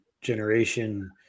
generation